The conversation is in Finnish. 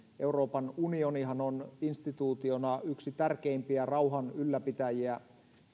euroopan unionihan on instituutiona yksi tärkeimpiä rauhan ylläpitäjiä